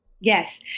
Yes